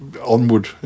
onward